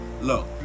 Look